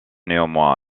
néanmoins